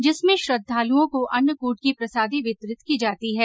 जिसमें श्रद्वालुओं को अन्नकूट की प्रसादी वितरित की जाती है